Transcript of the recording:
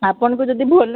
ଆପଣଙ୍କୁ ଯଦି ଭଲ